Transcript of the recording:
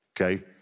okay